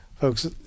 folks